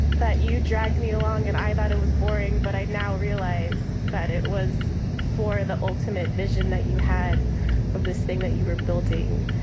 that you dragged me along. and i thought it was boring. but i now realize that it was for the ultimate vision that you had of this thing that you were building.